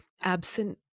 absent